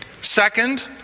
Second